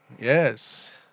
Yes